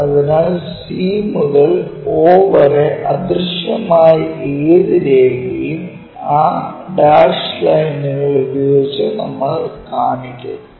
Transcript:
അതിനാൽ c മുതൽ o വരെ അദൃശ്യമായ ഏത് രേഖയും ആ ഡാഷ് ലൈനുകൾ ഉപയോഗിച്ച് നമ്മൾ കാണിക്കുന്നു